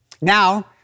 Now